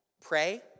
Pray